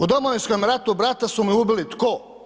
U Domovinskom ratu brata su mi ubili, tko?